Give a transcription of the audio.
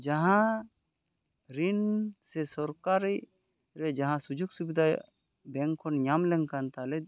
ᱡᱟᱦᱟᱸ ᱨᱤᱱ ᱥᱮ ᱥᱚᱨᱠᱟᱨᱤ ᱨᱮ ᱡᱟᱦᱟᱸ ᱥᱩᱡᱳᱜᱽ ᱥᱩᱵᱤᱫᱷᱟ ᱵᱮᱝᱠ ᱠᱷᱚᱱ ᱧᱟᱢ ᱞᱮᱱᱠᱷᱟᱱ ᱛᱟᱦᱚᱞᱮ